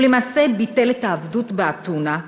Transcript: ולמעשה ביטל את העבדות באתונה.